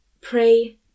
pray